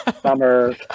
summer